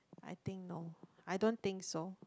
I think no I don't think so